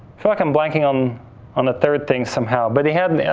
feel like i'm blanking um on the third thing somehow, but he had, and yeah